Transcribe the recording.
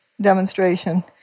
demonstration